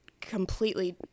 completely